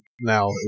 now